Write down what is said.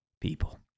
people